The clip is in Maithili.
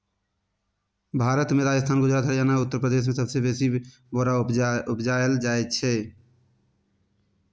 भारत मे राजस्थान, गुजरात, हरियाणा आ उत्तर प्रदेश मे सबसँ बेसी बोरा उपजाएल जाइ छै